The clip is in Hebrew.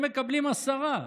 הם מקבלים עשרה.